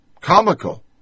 comical